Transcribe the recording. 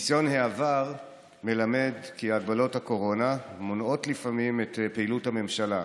ניסיון העבר מלמד כי הגבלות הקורונה מונעות לפעמים את פעילות הממשלה,